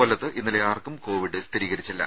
കൊല്ലത്ത് ഇന്നലെ ആർക്കും കോവിഡ് സ്ഥിരീകരിച്ചില്ല